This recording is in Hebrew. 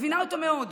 מבינה אותו מאוד.